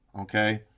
okay